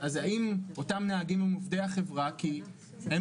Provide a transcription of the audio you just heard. אז האם אותם נהגים הם עובדי החברה כי הם